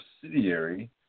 subsidiary